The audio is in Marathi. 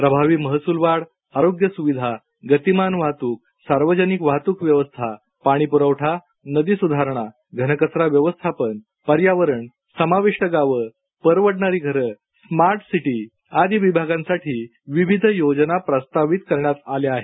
प्रभावी महसूल वाढ आरोग्य सुविधा गतिमान वाहतूक सार्वजनिक वाहतूक व्यवस्था पाणीपूरवठा नदी सुधारणा घनकचरा व्यवस्थापन पर्यावरण समाविष्ट गावे परवडणारी घरं स्मार्ट सिटी आदी विभागांसाठी विविध योजना प्रस्तावित करण्यात आल्या आहेत